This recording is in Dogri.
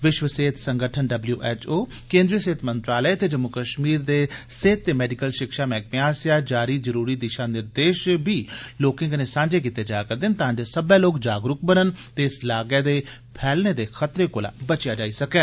विश्व सेहत संगठन केन्द्री सेहत मंत्रालय ते जम्मू कश्मीर दे सेह्त ते मेडिकल शिक्षा मैह्कमे आस्सेआ जारी जरूरी दिशा निर्देश बी लोकें कन्नै सांझे कीते जा'रदे न तां जे सब्बै लोक जागरूक बनन ते इस लागै दे फैलने दे खतरे कोला बचेया जाई सकै